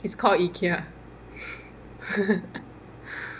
is called IKEA